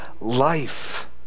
life